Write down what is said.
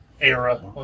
Era